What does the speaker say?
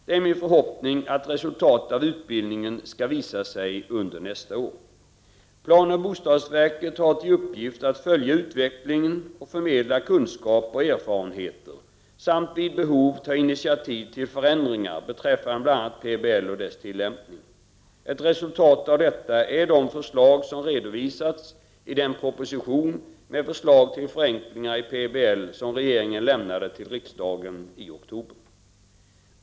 Det är min förhoppning att resultatet av utbildningen skall visa sig under nästa år. Planoch bostadsverket har till uppgift att följa utvecklingen och förmedla kunskaper och erfarenheter samt vid behov ta initiativ till förändringar beträffande bl.a. PBL och dess tillämpning. Ett resultat av detta är de förslag som redovisats i den proposition med förslag till förenklingar i PBL som regeringen lämnade till riksdagen i oktober.